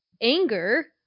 anger